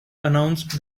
announced